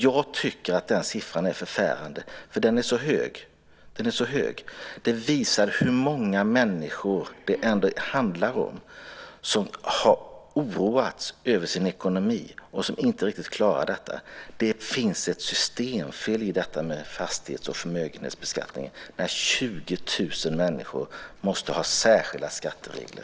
Jag tycker att den siffran är förfärande, eftersom den är så hög. Den visar hur många människor som oroar sig över sin ekonomi och som inte riktigt klarar förmögenhetsskatten. Det finns ett systemfel i fastighets och förmögenhetsbeskattningen när 20 000 människor måste ha särskilda skatteregler.